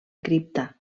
cripta